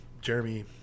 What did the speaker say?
Jeremy